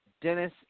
Dennis